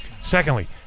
Secondly